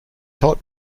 hot